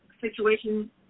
situation